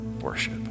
worship